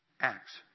Acts